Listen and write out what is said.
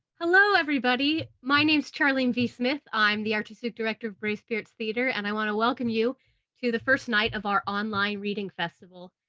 hello, everybody! my name's charlene v. smith. i'm the artistic director of brave spirits theatre and i want to welcome you to the first night of our online reading festival.